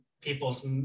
people's